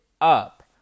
up